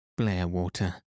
Blairwater